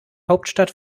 hauptstadt